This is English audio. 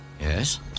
Yes